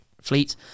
fleet